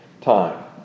time